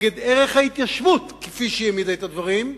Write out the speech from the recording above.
נגד ערך ההתיישבות, כפי שהעמידה את הדברים,